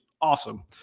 awesome